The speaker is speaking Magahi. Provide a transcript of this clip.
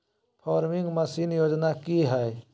फार्मिंग मसीन योजना कि हैय?